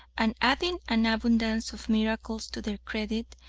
and adding an abundance of miracles to their credit,